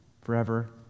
forever